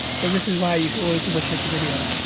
so this is why you should always double check your videos,